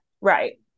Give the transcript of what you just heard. Right